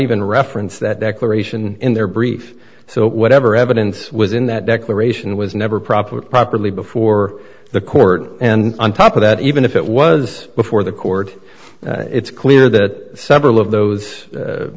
even reference that declaration in their briefs so whatever evidence within that declaration was never properly properly before the court and on top of that even if it was before the court it's clear that several of those